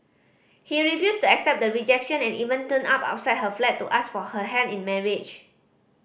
he refused to accept the rejection and even turned up outside her flat to ask for her hand in marriage